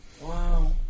Wow